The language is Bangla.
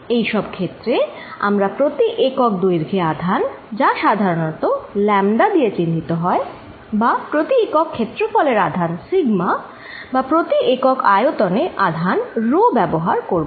এইসব ক্ষেত্রে আমরা প্রতি একক দৈর্ঘ্যে আধান যা সাধারণত λ দিয়ে চিহ্নিত হয় বা প্রতি একক ক্ষেত্রফলের আধান σ বা প্রতি একক আয়তনে আধান ρ ব্যবহার করব